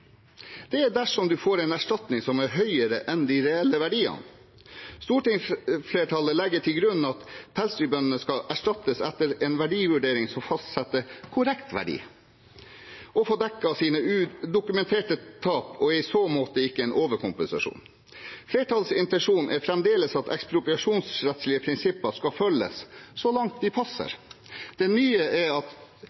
Det er dersom man får en erstatning som er større enn de reelle verdiene. Stortingsflertallet legger til grunn at pelsdyrbøndene skal få erstatning etter en verdivurdering som fastsetter korrekt verdi, og få dekket sine dokumenterte tap, og det er i så måte ikke en overkompensasjon. Flertallets intensjon er fremdeles at ekspropriasjonsrettslige prinsipper skal følges så langt de passer.